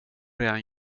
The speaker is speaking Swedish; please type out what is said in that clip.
redan